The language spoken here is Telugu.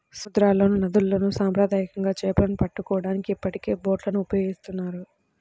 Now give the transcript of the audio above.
సముద్రాల్లోనూ, నదుల్లోను సాంప్రదాయకంగా చేపలను పట్టుకోవడానికి ఇప్పటికే బోట్లను ఉపయోగిస్తున్నారు